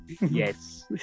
yes